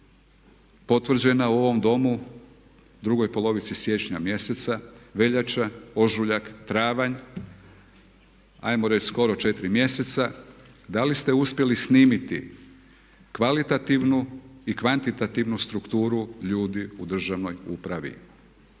potvrđena u ovom Domu, drugoj polovici siječnja mjeseca, veljača, ožujak, travanj, hajmo reći skoro 4 mjeseca. Da li ste uspjeli snimiti kvalitativnu i kvantitativnu strukturu ljudi u državnoj upravi.